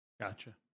Gotcha